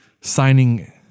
signing